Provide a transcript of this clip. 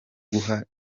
guha